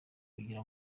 kugira